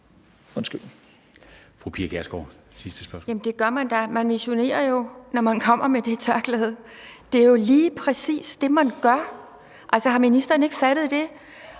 da – man missionerer jo, når man kommer med det tørklæde. Det er jo lige præcis det, man gør. Har ministeren ikke fattet det?